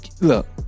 Look